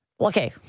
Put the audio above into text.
Okay